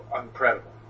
incredible